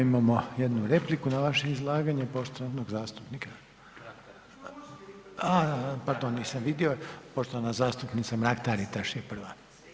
Imamo jednu repliku na vaše izlaganje, poštovani zastupnik …… [[Upadica sa strane, ne razumije se.]] A pardon, nisam vidio, poštovana zastupnica Mrak Taritaš je prva.